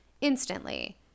instantly